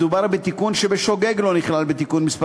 מדובר בתיקון שבשוגג לא נכלל בתיקון מס'